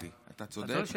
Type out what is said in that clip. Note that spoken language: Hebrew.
דמוקרטי, אתה צודק.